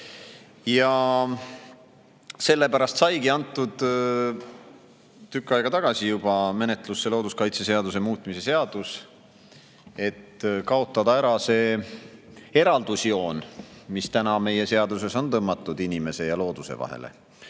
Ja sellepärast saigi juba tükk aega tagasi antud menetlusse looduskaitseseaduse muutmise seadus: et kaotada ära see eraldusjoon, mis on praegu meie seaduses tõmmatud inimese ja looduse vahele.